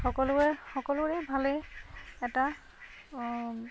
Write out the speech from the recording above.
সকলোৱে সকলোৰে ভালেই এটা